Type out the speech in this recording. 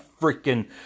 freaking